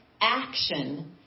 action